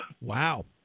Wow